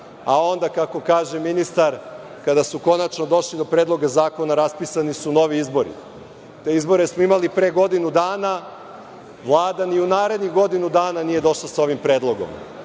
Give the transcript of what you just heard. a onda, kako kaže ministar, kada su konačno došli do Predloga zakona, raspisani su novi izbori. Te izbore smo imali pre godinu dana, a Vlada ni u narednih godinu dana nije došla sa ovim predlogom.